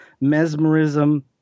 mesmerism